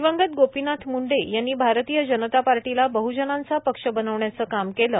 दिवंगत गोपीनाथ मूंडे यांनी भारतीय जनता पार्टीला बहजनांच पक्ष बनविण्याच काम केलं